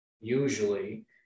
usually